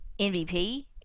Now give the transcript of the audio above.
MVP